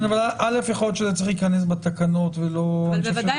יכול להיות שזה צריך להיכנס בתקנות ולא --- בוודאי